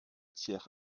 tiers